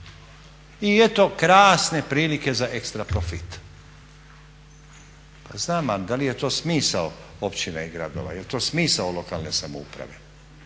I eto krasne prilike za ekstra profit. Pa znam, a da li je to smisao općine i gradova, jel to smisao lokalne samouprave